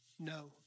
no